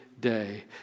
day